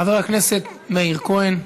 חבר הכנסת מאיר כהן,